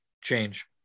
change